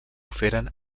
feren